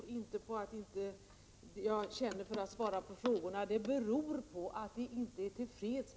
OR ons